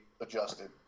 adjusted